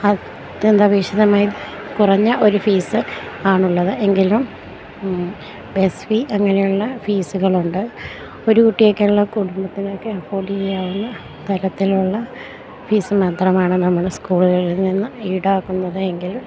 അത്യന്താപേക്ഷിതമായി കുറഞ്ഞ ഒരു ഫീസ് ആണുള്ളത് എങ്കിലും ബസ് ഫീ അങ്ങനെയുള്ള ഫീസുകളുണ്ട് ഒരു കുട്ടിയൊക്കെയുള്ള കുടുംബത്തിനൊക്കെ അഫോഡീയ്യാവുന്ന തരത്തിലുള്ള ഫീസ് മാത്രമാണ് നമ്മള് സ്കൂളുകളിൽനിന്ന് ഈടാക്കുന്നത് എങ്കിൽ